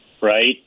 Right